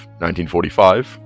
1945